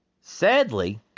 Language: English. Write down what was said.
Sadly